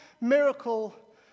miracle